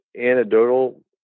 anecdotal